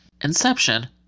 Inception